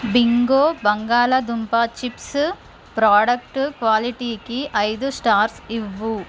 Bingo బంగాళాదుంప chips product క్వాలిటీకి ఐదు స్టార్స్ ఇవ్వు